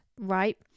right